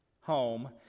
home